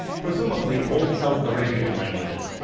presumably old south arabian languages.